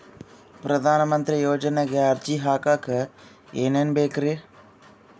ಪ್ರಧಾನಮಂತ್ರಿ ಯೋಜನೆಗೆ ಅರ್ಜಿ ಹಾಕಕ್ ಏನೇನ್ ಬೇಕ್ರಿ?